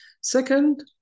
Second